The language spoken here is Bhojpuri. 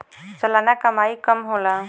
सलाना कमाई कम होला